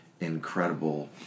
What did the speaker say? incredible